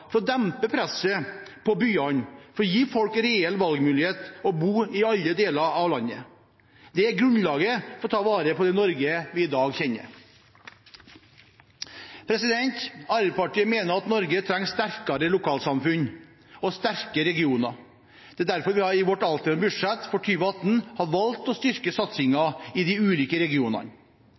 for å dempe presset på byene, for å gi folk reell valgmulighet om å bo i alle deler av landet. Det er grunnlaget for å ta vare på det Norge vi i dag kjenner. Arbeiderpartiet mener at Norge trenger sterkere lokalsamfunn og sterke regioner. Det er derfor vi i vårt alternative budsjett for 2018 har valgt å styrke satsingen i de ulike regionene.